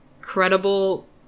credible